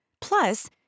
Plus